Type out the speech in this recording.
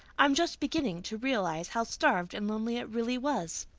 i'm just beginning to realize how starved and lonely it really was.